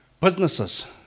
Businesses